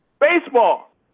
baseball